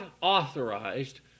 authorized